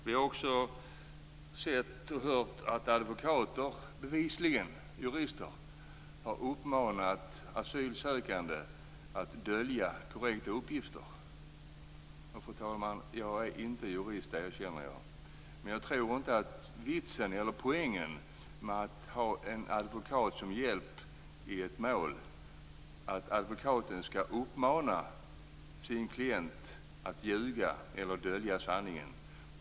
Vi har också sett och hört att advokater bevisligen har uppmanat asylsökande att dölja korrekta uppgifter. Jag är inte jurist, fru talman. Det erkänner jag. Men jag tror inte att poängen med att ha en advokat som hjälp i ett mål är att advokaten skall uppmana sin klient att ljuga eller dölja sanningen.